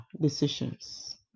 decisions